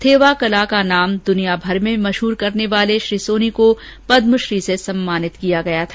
थेवा कला का नाम दुनियाभर में मशहूर करने वाले श्री सोनी को पदमश्री से सम्मानित किया गया था